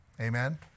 Amen